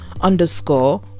underscore